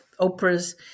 Oprah's